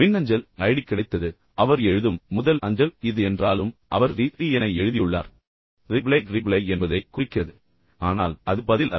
மின்னஞ்சல் ஐடி கிடைத்தது அவர் எழுதும் முதல் அஞ்சல் இது என்றாலும் அவர் ரி ரி என எழுதியுள்ளார் ரிப்ளை ரிப்ளை என்பதை குறிக்கிறது ஆனால் அது பதில் அல்ல